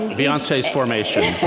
beyonce's formation. and